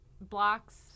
blocks